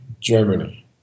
Germany